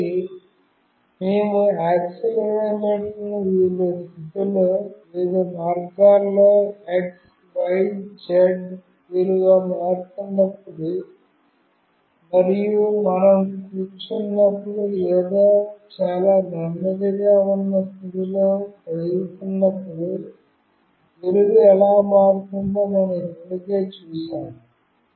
కాబట్టి మేము యాక్సిలెరోమీటర్ను వివిధ స్థితిలో వివిధ మార్గాల్లో x y z విలువ మారుతున్నప్పుడు మరియు మనం కూర్చున్నప్పుడు లేదా చాలా నెమ్మదిగా ఉన్న స్థితిలో కదులుతున్నప్పుడు విలువ ఎలా మారుతుందో మనం ఇప్పటికే చూశాము